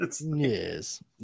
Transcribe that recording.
Yes